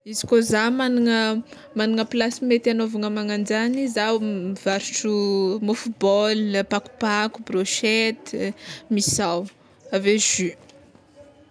Izy koa zah magnana plasy mety hagnaovana mananjagny zaho mivarotro môfo baolina, pakopako, brochette, misao aveo jus.